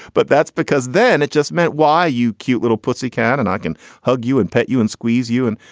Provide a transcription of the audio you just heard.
but that's because then it just meant, why, you cute little pussy cat? and i can hug you and pet you and squeeze you and.